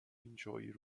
enjoy